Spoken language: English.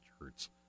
hurts